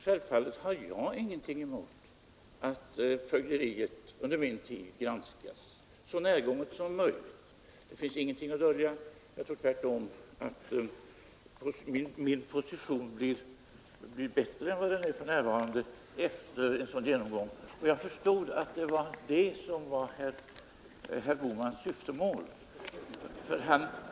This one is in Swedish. Självfallet har jag ingenting emot att fögderiet under min tid granskas så närgånget som möjligt. Det finns ingenting att dölja. Jag tror tvärtom att min position blir bättre än vad den är för närvarande efter en sådan genomgång. Jag förstod att det var det som var herr Bohmans syftemål.